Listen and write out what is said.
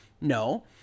No